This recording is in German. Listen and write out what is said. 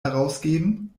herausgeben